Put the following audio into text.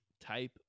type